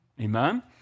Amen